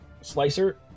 slicer